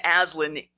Aslan